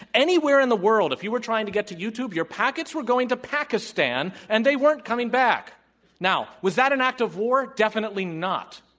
anywhere in the world, if you were trying to get to youtube, your packets were going to pakistan and they weren't coming now, was that an act of war? definitely not.